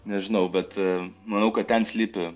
nežinau bet manau kad ten slypi